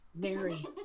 Mary